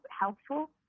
helpful